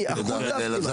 החוצה פנימה.